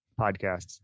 podcasts